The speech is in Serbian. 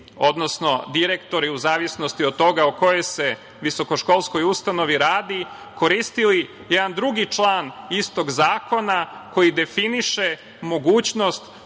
odnosno, direktori u zavisnosti od toga o kojoj se visokoškolskoj ustanovi radi koristili jedan drugi član istog zakona koji definiše mogućnost